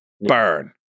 Burn